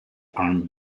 arm